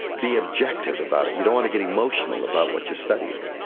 be objective about it. you don't want to get emotional about what you're studying.